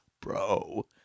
bro